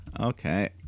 Okay